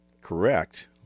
correct